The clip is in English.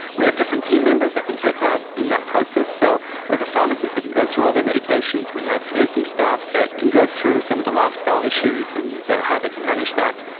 we have different team members that can take part um in that process. so we have a pharmacist that can go through all their medications, we have nursing staff that can go through some of the lifestyle issues and how they can manage that.